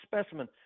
specimen